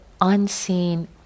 unseen